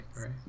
right